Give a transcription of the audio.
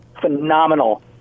phenomenal